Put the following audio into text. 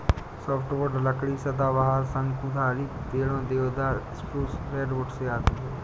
softwood लकड़ी सदाबहार, शंकुधारी पेड़ों, देवदार, स्प्रूस, रेडवुड से आती है